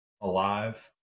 alive